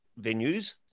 venues